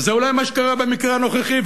וזה אולי מה שקרה במקרה הנוכחי.